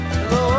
Hello